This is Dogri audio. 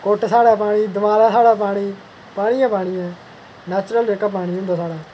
कोट्ट साढ़ै पानी दमालै साढ़ै पानी पानी गै पानी ऐ नैचूरल जेह्का पानी होंदा साढ़ै